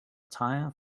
tire